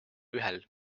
ühel